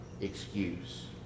excuse